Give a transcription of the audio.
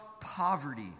poverty